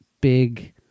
big